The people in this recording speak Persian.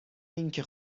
اینکه